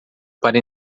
para